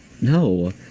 no